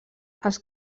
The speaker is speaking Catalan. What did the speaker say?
els